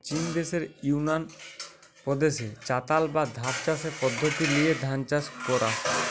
চিন দেশের ইউনান প্রদেশে চাতাল বা ধাপ চাষের পদ্ধোতি লিয়ে ধান চাষ কোরা